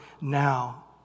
now